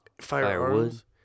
Firearms